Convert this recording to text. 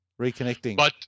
Reconnecting